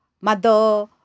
Mother